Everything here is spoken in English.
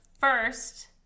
first